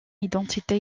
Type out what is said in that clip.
identité